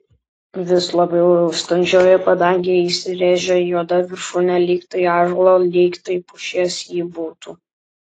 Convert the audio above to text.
vis labiau raustančioje padangėje įsirėžė juoda viršūnė lyg tai ąžuolo lyg tai pušies ji būtų